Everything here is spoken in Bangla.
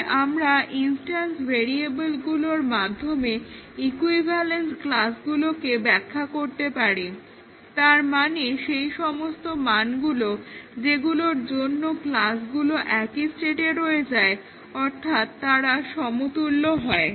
তাহলে আমরা ইনস্টান্স ভেরিয়াবলগুলোর মাধ্যমে ইকুইভ্যালেন্স ক্লাসগুলোকে ব্যাখ্যা করতে পারি তারমানে সেইসমস্ত মানগুলো যেগুলোর জন্য ক্লাসগুলো একই স্টেটে রয়ে যায় অর্থাৎ তারা সমতুল্য হয়